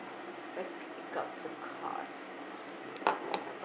let's pick up the cards ya